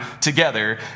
together